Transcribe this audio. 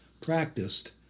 practiced